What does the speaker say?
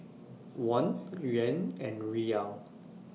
Won Yuan and Riyal